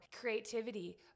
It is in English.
creativity